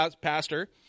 pastor